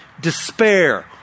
despair